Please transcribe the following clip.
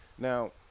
Now